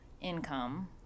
income